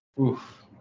Oof